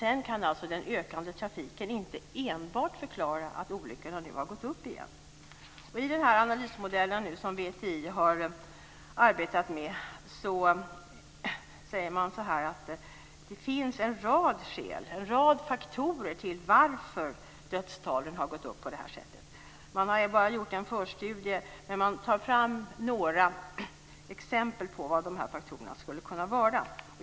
Men den ökande trafiken kan inte enbart förklara att antalet olyckor nu har gått upp igen. I den analysmodell som VTI har arbetat med säger man att det finns en rad faktorer som har lett till att dödstalen gått upp på detta sätt. Man har bara gjort en förstudie, men man tar fram några exempel på vilka dessa faktorer skulle kunna vara.